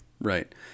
Right